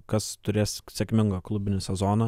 kas turės sėkmingą klubinį sezoną